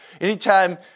anytime